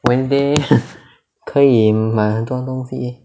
wednesday 可以买很多东西